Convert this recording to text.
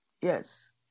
Yes